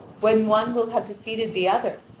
when one will have defeated the other,